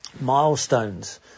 milestones